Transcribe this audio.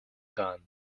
gone